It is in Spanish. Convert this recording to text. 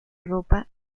ropa